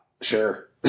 sure